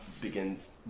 begins